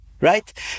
right